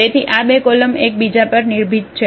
તેથી આ બે કોલમ એક બીજા પર નિર્ભીત છે